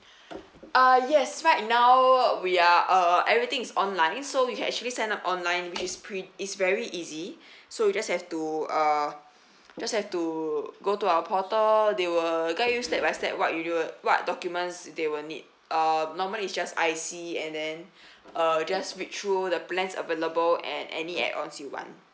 uh yes right now we are uh everything is online so you can actually sign up online it's pre~ is very easy so you just have to uh just have to go to our portal they will guide you step by step what you do what documents they will need uh normally it's just I_C and then uh just read through the plans available and any add-ons you want